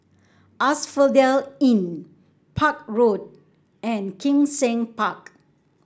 Asphodel Inn Park Road and Kim Seng Park